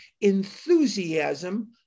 enthusiasm